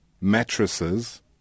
mattresses